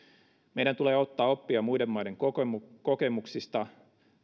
meidän tulee ottaa oppia muiden maiden kokemuksista kokemuksista